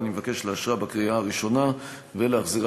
ואני מבקש לאשרה בקריאה הראשונה ולהחזירה